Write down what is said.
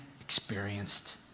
experienced